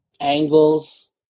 Angles